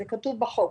זה כתוב בחוק.